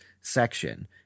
section